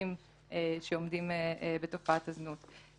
הפוגעניים שעומדים בתופעת הזנות.